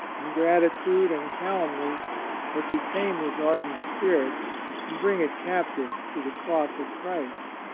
ingratitude and calumny were to tame his ardent spirit and bring it cap tive to the cross of christ.